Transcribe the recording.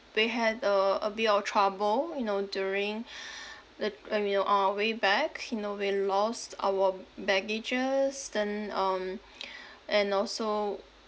we had a a bit of trouble you know during the when we were on our way back you know we lost our baggages then um and also